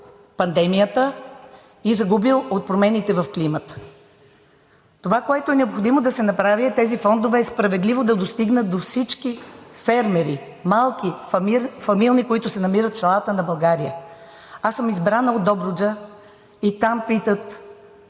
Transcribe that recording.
пандемията и от промените в климата. Това, което е необходимо да се направи, е тези фондове справедливо да достигнат до всички фермери – малки, фамилни, които се намират в селата на България. Аз съм избрана от Добруджа и там питат: